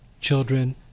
children